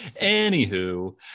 Anywho